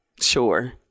Sure